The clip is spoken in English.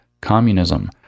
communism